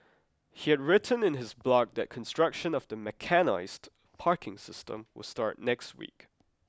he had written in his blog that construction of the mechanised parking system will start next week